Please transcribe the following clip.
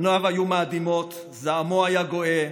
פניו היו מאדימות, זעמו היה גואה,